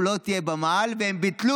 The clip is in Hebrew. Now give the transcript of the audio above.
קום תקום.